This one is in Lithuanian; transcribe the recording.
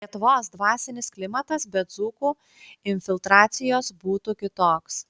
lietuvos dvasinis klimatas be dzūkų infiltracijos būtų kitoks